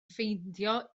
ffeindio